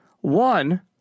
One